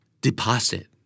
Deposit